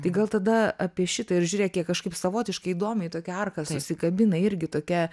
tai gal tada apie šitą ir žiūrėk jie kažkaip savotiškai įdomiai į tokią arką susikabina irgi tokia